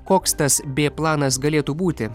koks tas b planas galėtų būti